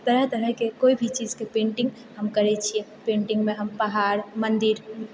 तरह तरहके कोइ भी चीजके पेन्टिंग हम करै छियै पेन्टिंगमे हम पहाड़ मन्दिर